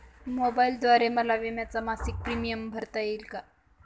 मोबाईलद्वारे मला विम्याचा मासिक प्रीमियम भरता येईल का?